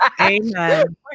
Amen